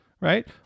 right